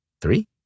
Three